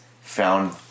found